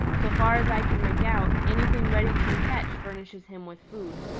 so far as i can make out, anything reddy can catch furnishes him with food.